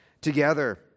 together